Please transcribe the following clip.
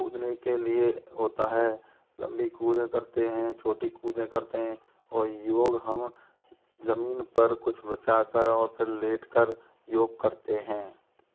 कूदने के लिए होता है लंबी कूदें करते हैं छोटी कूदें करते हैं और योग हम जमीन पर कुछ बिछा कर और फ़िर लेट कर योग करते हैं